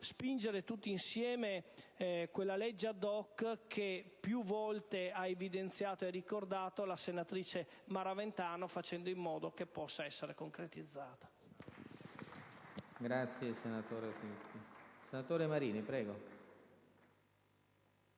spingere tutti insieme una legge *ad hoc*, come più volte evidenziato dalla senatrice Maraventano, facendo in modo che possa essere concretizzata.